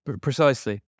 precisely